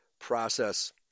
process